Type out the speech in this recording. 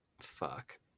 Fuck